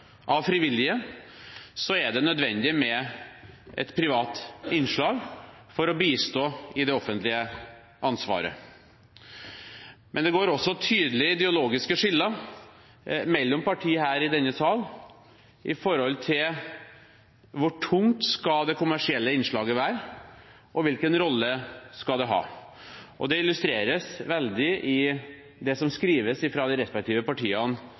av frivillige – er det nødvendig med et privat innslag for å bistå i det offentlige ansvaret. Men det går også tydelige ideologiske skiller mellom partier her i denne sal når det gjelder hvor tungt det kommersielle innslaget skal være, og hvilken rolle det skal ha. Det illustreres veldig godt i det som skrives av de respektive partiene